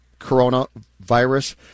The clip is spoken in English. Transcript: coronavirus